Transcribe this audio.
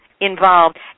involved